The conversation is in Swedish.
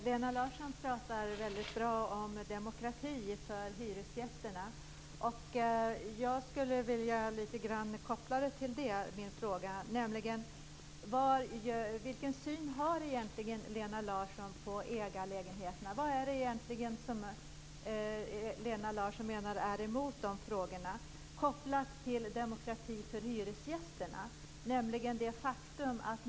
Fru talman! Lena Larsson talar väldigt väl om demokrati för hyresgästerna. Jag skulle vilja koppla min fråga till det. Vilken syn har Lena Larsson egentligen på ägarlägenheter? Vad menar Lena Larsson det är som talar emot ägarlägenheter?